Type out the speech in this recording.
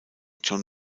john